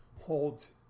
holds